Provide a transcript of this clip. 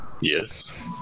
Yes